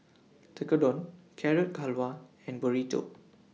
Tekkadon Carrot Halwa and Burrito